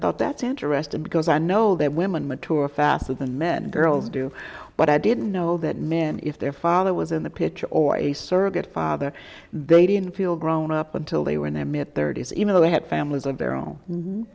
thought that's interesting because i know that women mature faster than men and girls do but i didn't know that men if their father was in the picture or a surrogate father they didn't feel grown up until they were in their mid thirty's even though they had families of their own